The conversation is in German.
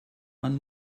man